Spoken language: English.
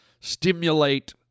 stimulate